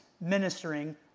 ministering